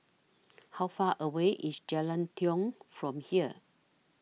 How Far away IS Jalan Tiong from here